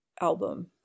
album